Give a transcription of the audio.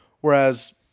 Whereas